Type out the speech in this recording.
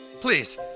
Please